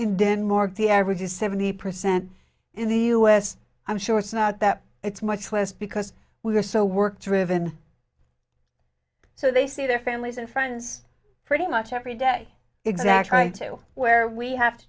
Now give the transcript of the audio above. in denmark the average is seventy percent in the us i'm sure it's not that it's much less because we are so work driven so they see their families and friends pretty much every day exactly right to where we have to